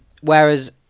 Whereas